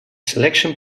selection